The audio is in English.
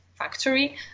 Factory